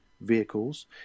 vehicles